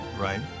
right